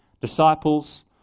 Disciples